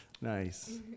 Nice